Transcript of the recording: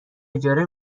اجاره